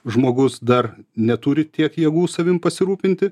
žmogus dar neturi tiek jėgų savim pasirūpinti